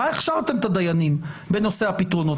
במה הכשרתם את הדיינים בנושא הפתרונות?